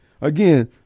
again